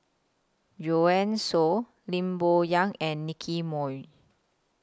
Joanne Soo Lim Bo Yam and Nicky Moey